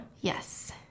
Yes